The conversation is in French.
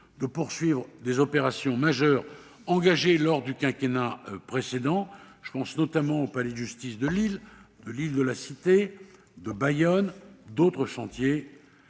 de poursuivre les opérations majeures engagées lors du quinquennat précédent- je pense notamment aux palais de justice de Lille, de l'île de la Cité et de Bayonne -, de poursuivre